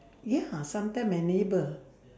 ya sometimes my neighbour